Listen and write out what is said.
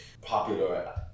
popular